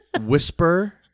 Whisper